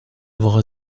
woche